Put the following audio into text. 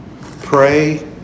Pray